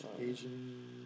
Asian